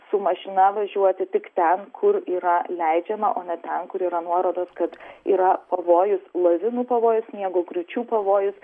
su mašina važiuoti tik ten kur yra leidžiama o ne ten kur yra nuorodos kad yra pavojus lavinų pavojus sniego griūčių pavojus